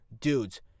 dudes